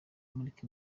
amurika